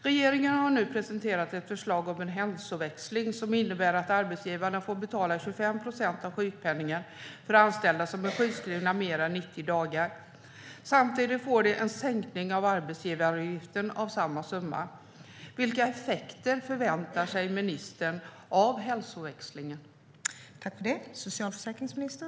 Regeringen har nu presenterat ett förslag om en hälsoväxling som innebär att arbetsgivarna får betala 25 procent av sjukpenningen för anställda som är sjukskrivna mer än 90 dagar. Samtidigt får de en sänkning av arbetsgivaravgiften med samma summa. Vilka effekter förväntar sig ministern av hälsoväxlingen?